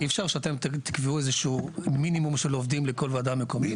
אי אפשר שאתם תקבעו איזשהו מינימום של עובדים לכל וועדה מקומית?